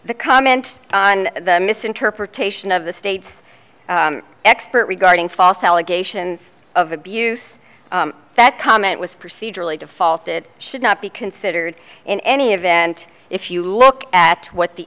the comment on the misinterpretation of the state's expert regarding false allegations of abuse that comment was procedurally defaulted should not be considered in any event if you look at what the